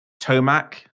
Tomac